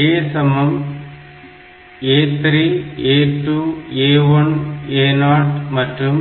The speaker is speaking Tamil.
A A3 A2 A1 A0 மற்றும்